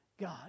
God